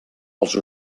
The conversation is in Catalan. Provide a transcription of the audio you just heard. els